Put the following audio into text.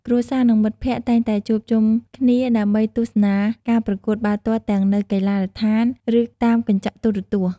គ្រួសារ និងមិត្តភក្តិតែងតែជួបជុំគ្នាដើម្បីទស្សនាការប្រកួតបាល់ទាត់ទាំងនៅកីឡដ្ឋាន ឬតាមកញ្ចក់ទូរទស្សន៍។